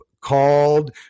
called